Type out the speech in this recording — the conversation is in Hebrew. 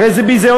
הרי זה ביזיון,